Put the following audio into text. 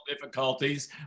difficulties